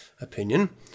opinion